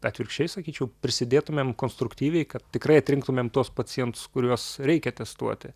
atvirkščiai sakyčiau prisidėtumėm konstruktyviai kad tikrai atrinktumėm tuos pacientus kuriuos reikia testuoti